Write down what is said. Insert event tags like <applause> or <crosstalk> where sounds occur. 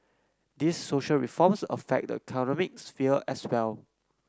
these social reforms affect the <unintelligible> sphere as well